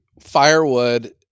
firewood